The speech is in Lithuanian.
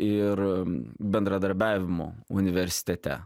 ir bendradarbiavimu universitete